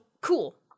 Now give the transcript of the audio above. cool